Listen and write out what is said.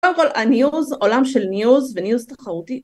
‫קודם כול, העולם של ‫ניוז וניוז תחרותי.